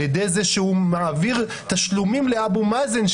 ידי זה שהוא מעביר תשלומים לאבו מאזן,